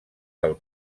del